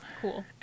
cool